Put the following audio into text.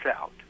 out